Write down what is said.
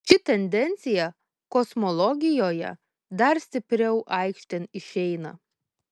ši tendencija kosmologijoje dar stipriau aikštėn išeina